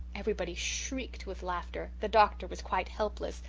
everybody shrieked with laughter. the doctor was quite helpless.